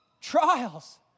Trials